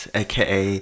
aka